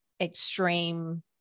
extreme